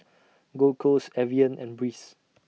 Gold Roast Evian and Breeze